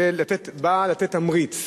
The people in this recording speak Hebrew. לתת תמריץ